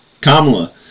Kamala